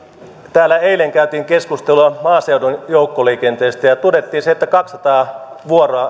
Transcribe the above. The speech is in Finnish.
täällä eilen käytiin keskustelua maaseudun joukkoliikenteestä ja todettiin se että kaksisataa